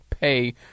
pay